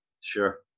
Sure